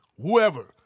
whoever